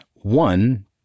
One